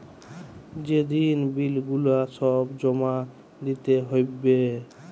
যে দিন বিল গুলা সব জমা দিতে হ্যবে